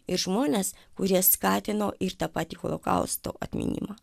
ir žmonės kurie skatino ir tą patį holokausto atminimą